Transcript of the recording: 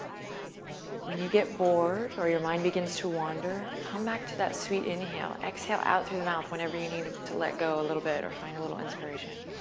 when you get bored, or your mind begins to wander, come back to that sweet inhale. exhale out through the mouth whenever you need to let go a little bit or find a little inspiration.